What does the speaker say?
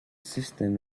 cistern